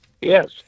Yes